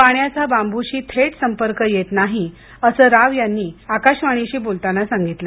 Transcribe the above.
पाण्याचा बाबूशी थेट संपर्क येत नाही असं राव यांनी आकाशावाणीशी बोलताना सांगितलं